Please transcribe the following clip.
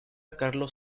carlos